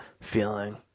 feeling